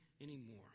anymore